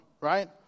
right